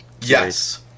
Yes